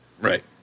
Right